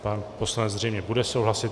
Pan poslanec zřejmě bude souhlasit.